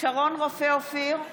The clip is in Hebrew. שרון רופא אופיר,